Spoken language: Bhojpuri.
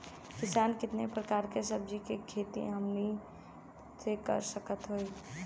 कितना प्रकार के सब्जी के खेती हमनी कर सकत हई?